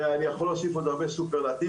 ואני יכול להגיד הרבה סופרלטיבים,